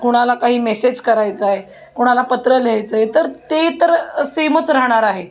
कुणाला काही मेसेज करायचं आहे कोणाला पत्र लिहायचं आहे तर ते तर सेमच राहणार आहे